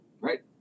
Right